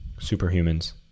superhumans